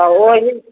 तऽ ओहिदिनसँ